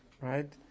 right